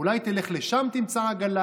אולי תלך לשם ותמצא עגלה,